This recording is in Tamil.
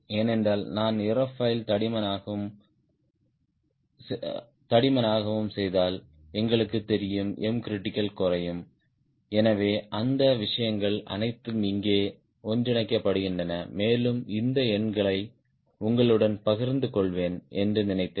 ஏனென்றால் நான் ஏரோஃபாயில் தடிமனாகவும் தடிமனாகவும் செய்தால் எங்களுக்குத் தெரியும் Mcritical குறையும் எனவே அந்த விஷயங்கள் அனைத்தும் இங்கே ஒன்றிணைக்கப்படுகின்றன மேலும் இந்த எண்களை உங்களுடன் பகிர்ந்து கொள்வேன் என்று நினைத்தேன்